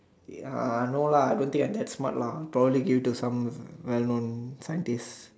uh no lah I don't think I that smart lah probably give it to some well known scientist